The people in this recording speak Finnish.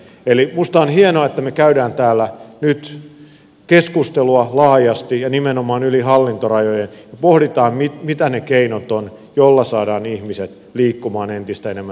eli minusta on hienoa että me käymme täällä nyt keskustelua laajasti ja nimenomaan yli hallintorajojen ja pohdimme mitä ne keinot ovat joilla saadaan ihmiset liikkumaan entistä enemmän